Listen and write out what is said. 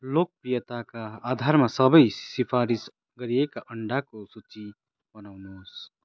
लोकप्रियताका आधारमा सबै सिफारिस गरिएका अन्डा को सूची बनाउनुहोस्